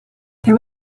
there